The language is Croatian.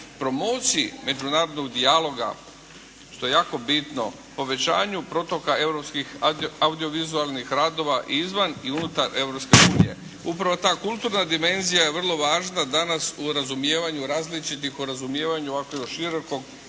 promociji međunarodnog dijaloga što je jako bitno, povećanju protoka europskih audio-vizualnih radova i izvan i unutar Europske unije. Upravo ta kulturna dimenzija je vrlo važna danas u razumijevanju različitih, u razumijevanju ovako širokog